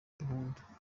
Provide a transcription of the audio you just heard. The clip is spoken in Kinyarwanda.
gahunda